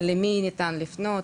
למי ניתן לפנות,